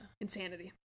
Insanity